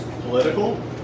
political